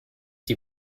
die